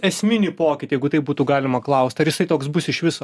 esminį pokytį jeigu tai būtų galima klaust ar jisai toks bus iš viso